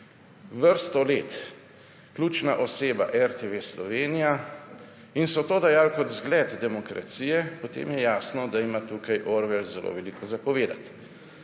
vrsto let ključna oseba RTV Slovenija in so to dajali kot zgled demokracije, potem je jasno, da ima tukaj Orwell zelo veliko povedati.